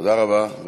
תודה רבה.